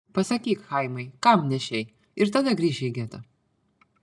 pasakyk chaimai kam nešei ir tada grįši į getą